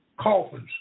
coffins